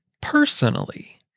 personally